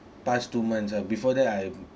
past two months ah before that I